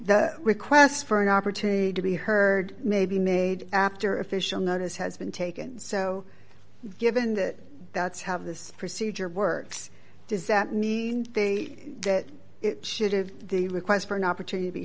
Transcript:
the request for an opportunity to be heard may be made after official notice has been taken so given that that's have this procedure works does that mean they that it should of the request for an opportunity to be